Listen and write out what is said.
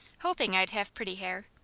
hoping i'd have pretty hair.